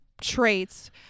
traits